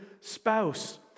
spouse